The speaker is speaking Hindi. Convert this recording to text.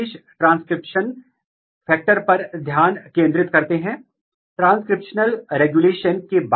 एक और चीज जिसे आप म्यूटेंट की पहचान कर सकते हैं दबा सकते हैं या बढ़ा सकते हैं